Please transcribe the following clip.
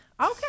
Okay